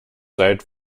seit